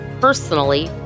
personally